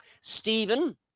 Stephen